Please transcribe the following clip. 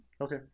Okay